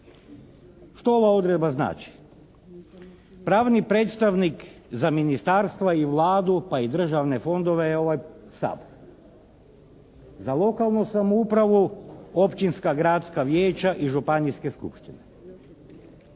Što ova odredba znači? Pravni predstavnik za ministarstva i Vladu pa i državne fondove je ovaj Sabor. Za lokalnu samoupravu općinska, gradska vijeća i županijske skupštine.